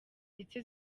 ndetse